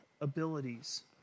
abilities